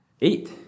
eight